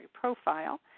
profile